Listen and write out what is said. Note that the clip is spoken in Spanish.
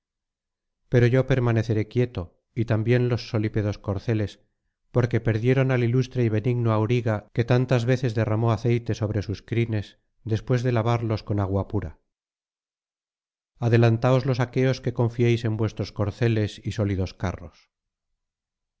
pero yo permaneceré quieto y también los solípedos corceles porque perdieron al ilustre y benigno auriga que tantas veces derramó aceite sobre sus crines después de lavarlos con agua pura adelantaos los aqueos que confiéis en vuestros corceles y sólidos carros